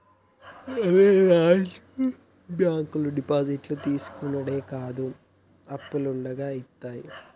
ఒరే రాజూ, బాంకులు డిపాజిట్లు తీసుకునుడే కాదు, అప్పులుగూడ ఇత్తయి